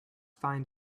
find